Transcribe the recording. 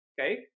Okay